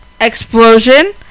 explosion